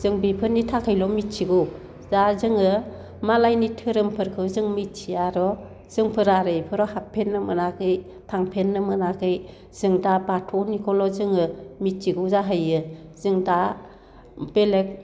जों बेफोरनि थाखायल' मिथिगौ दा जोङो मालायनि धोरोमफोरखौ जों मिथियार' जोंफोरा आरो बेफोराव हाबफेरनो मोनाखै थांफेरनो मोनाखै जों दा बाथौनिखौल' जोङो मिथिगौ जाहैयो जों दा बेलेक